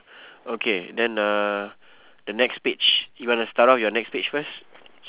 okay then uh the next page you want to start off with your next page first